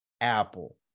Apple